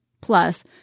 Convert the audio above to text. Plus